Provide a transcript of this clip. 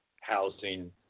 housing